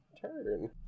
turn